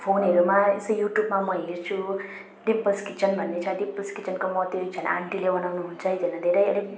फोनहरूमा यसै युट्युबमा म हेर्छु डिम्पल्स किचन भन्ने छ डिम्पल्स किचनको म त्यो एकजना आन्टीले बनाउनुहुन्छ एकजना धेरै अलिक